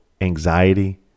anxiety